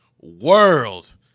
World